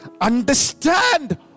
understand